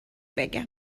بگم